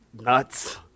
nuts